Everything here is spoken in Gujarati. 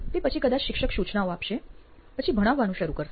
તે પછી કદાચ શિક્ષક સૂચનાઓ આપશે પછી ભણાવવાનું શરૂ કરશે